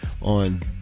on